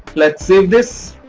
lets save this.